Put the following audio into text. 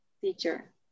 teacher